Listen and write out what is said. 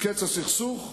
קץ הסכסוך,